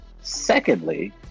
Secondly